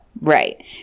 Right